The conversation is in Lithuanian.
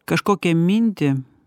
kažkokią mintį